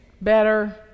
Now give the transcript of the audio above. better